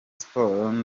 sports